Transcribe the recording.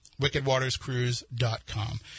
WickedWatersCruise.com